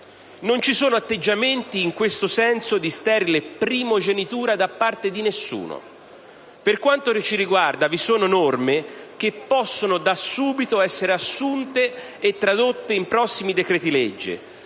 Non ci sono atteggiamenti, in questo senso, di sterile primogenitura da parte di nessuno. Per quanto ci riguarda, ci sono norme che possono da subito essere assunte e tradotte in prossimi decreti‑legge: